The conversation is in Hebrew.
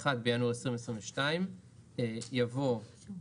(1 בינואר 2022)״ יבוא "ביום